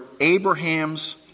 Abraham's